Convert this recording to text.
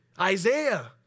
Isaiah